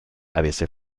avesse